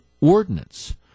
ordinance